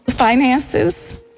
Finances